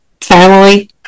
family